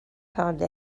hardly